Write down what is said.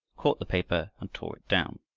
caught the paper and tore it down.